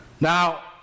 Now